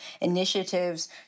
initiatives